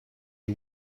you